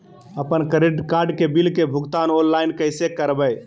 अपन credit card के bill के भुगतान ऑनलाइन कैसे करबैय?